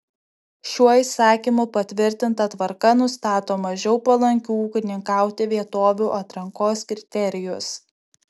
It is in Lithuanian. šiuo įsakymu patvirtinta tvarka nustato mažiau palankių ūkininkauti vietovių atrankos kriterijus